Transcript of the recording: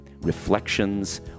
Reflections